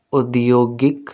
ਉਦਯੋਗਿਕ